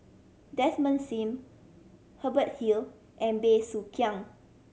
Desmond Sim Hubert Hill and Bey Soo Khiang